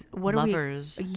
lovers